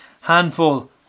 Handful